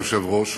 אדוני היושב-ראש,